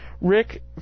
Rick